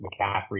McCaffrey